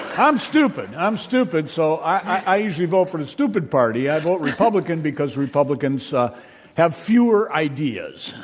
i'm stupid. i'm stupid, so i usually vote for the stupid party. i vote republican because republicans have fewer ideas,